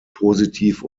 positiv